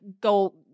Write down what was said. go